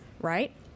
right